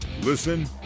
Listen